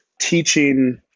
teaching